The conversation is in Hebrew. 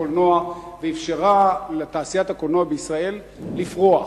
הקולנוע ואפשרה לתעשיית הקולנוע בישראל לפרוח.